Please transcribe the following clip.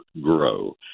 GROW